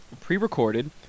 pre-recorded